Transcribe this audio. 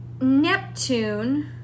Neptune